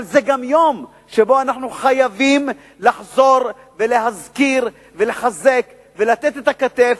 אבל זה גם יום שבו אנחנו חייבים לחזור ולהזכיר ולחזק ולתת את הכתף,